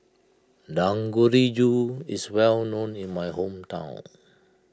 Dangojiru is well known in my hometown